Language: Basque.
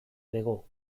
bego